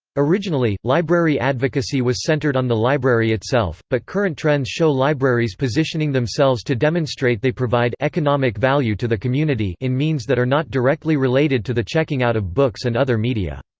originally, library advocacy was centered on the library itself, but current trends show libraries positioning themselves to demonstrate they provide economic value to the community in means that are not directly related to the checking out of books and other media.